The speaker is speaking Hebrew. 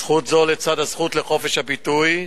זכות זו, לצד הזכות לחופש הביטוי,